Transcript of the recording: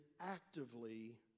actively